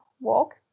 walk